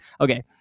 Okay